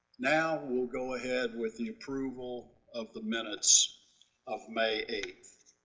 now, we will go ahead with the approval of the minutes of may eighth.